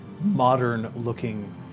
modern-looking